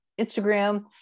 instagram